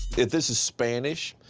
if this is spanish,